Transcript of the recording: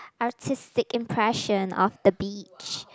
artistic impression of the beach